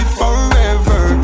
forever